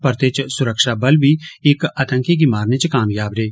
परते च सुरक्षाबल भी इक्क आतंकी गी मारने च कामयाब रेह